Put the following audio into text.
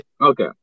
Okay